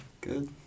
Good